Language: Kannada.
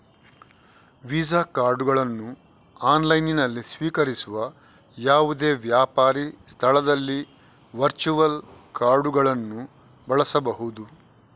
ವೀಸಾ ಕಾರ್ಡುಗಳನ್ನು ಆನ್ಲೈನಿನಲ್ಲಿ ಸ್ವೀಕರಿಸುವ ಯಾವುದೇ ವ್ಯಾಪಾರಿ ಸ್ಥಳದಲ್ಲಿ ವರ್ಚುವಲ್ ಕಾರ್ಡುಗಳನ್ನು ಬಳಸಬಹುದು